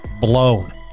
blown